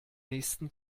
nächsten